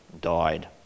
died